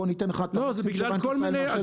בוא ניתן לך את --- שבנק ישראל מרשה?